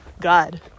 God